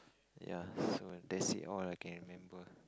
ya so and that's all I can remember